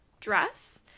dress